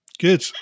good